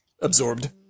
Absorbed